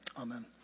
amen